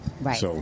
Right